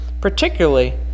particularly